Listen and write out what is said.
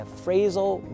phrasal